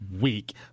week